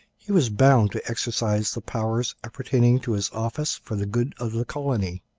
he was bound to exercise the powers appertaining to his office for the good of the colony.